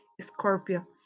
Scorpio